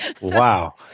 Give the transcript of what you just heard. Wow